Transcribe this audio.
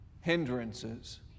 hindrances